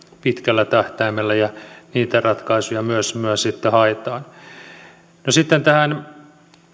pitkällä tähtäimellä ja niitä ratkaisuja myös myös sitten haetaan no sitten tähän